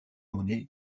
monnaie